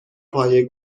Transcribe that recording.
پایه